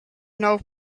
know